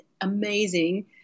amazing